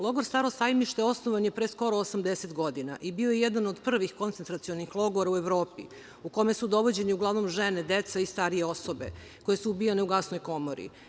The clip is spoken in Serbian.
Logor „Staro sajmište“ osnovan je pre skoro 80 godina i bio je jedan od prvih koncentracionih logora u Evropi u kome su dovođeni uglavnom žene, deca i starije osobe koje su ubijane u gasnoj komori.